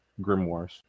grimoires